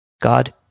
God